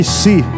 see